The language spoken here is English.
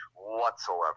whatsoever